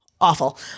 awful